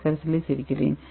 S கரைசலைச் சேர்க்கிறேன்